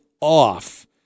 off